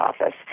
office